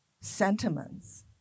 sentiments